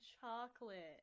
chocolate